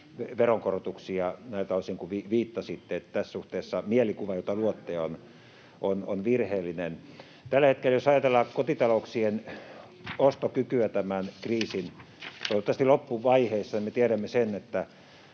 veronkorotuksia näiltä osin kuin viittasitte, eli tässä suhteessa mielikuva, jota luotte, on virheellinen. Tällä hetkellä, jos ajatellaan kotitalouksien ostokykyä tämän kriisin toivottavasti loppuvaiheessa, me tiedämme sen, että